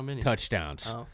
touchdowns